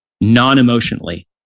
non-emotionally